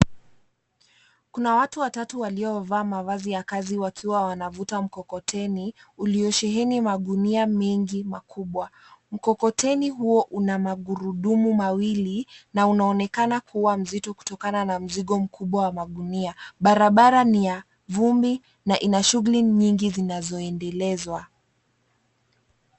Kuna watu watatu waliovaa mavazi ya kazi wakiwa wanavuta mkokoteni uliosheheni magunia mengi makubwa. Mkokoteni huo una magurudumu mawili na unaonekana kuwa mzito kutokana na mzigo mkubwa wa magunia. Barabara ni ya vumbi na ina shughuli nyingi zinazoendelezwa.